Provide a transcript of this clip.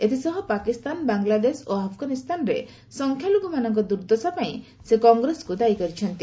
ଏଥିସହ ପାକିସ୍ତାନ ବାଂଲାଦେଶ ଓ ଆଫଗାନିସ୍ତାନରେ ସଂଖ୍ୟାଲଘୁମାନଙ୍କ ଦୁର୍ଦ୍ଦଶା ପାଇଁ ସେ କଂଗ୍ରେସକୁ ଦାୟୀ କରିଛନ୍ତି